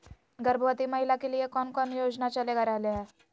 गर्भवती महिला के लिए कौन कौन योजना चलेगा रहले है?